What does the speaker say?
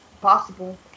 possible